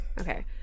Okay